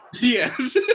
Yes